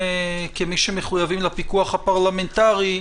כמי שמחויבים לפיקוח הפרלמנטרי,